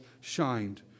shined